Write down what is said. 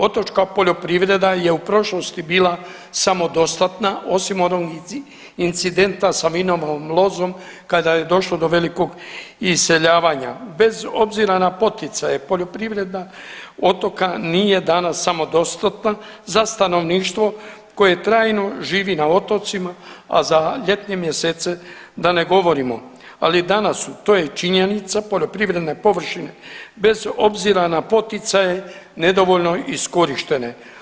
Otočka poljoprivreda je u prošlosti bila samodostatna osim onog incidenta sa vinovom lozom kada je došlo do velikog iseljavanja, bez obzira na poticaje poljoprivreda otoka nije danas samodostatna za stanovništvo koje trajno živi na otocima, a za ljetne mjesece da ne govorimo, ali i danas to je činjenica poljoprivredne površine bez obzira na poticaj nedovoljno iskorištene.